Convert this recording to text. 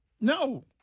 no